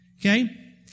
Okay